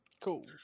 Cool